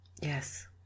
yes